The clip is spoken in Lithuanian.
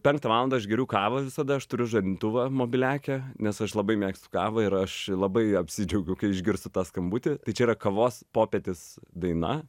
penktą valandą aš geriu kavą visada aš turiu žadintuvą mobiliake nes aš labai mėgstu kavą ir aš labai apsidžiaugiu kai išgirstu tą skambutį tai čia yra kavos popietės daina